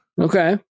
Okay